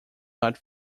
not